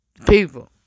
people